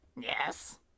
Yes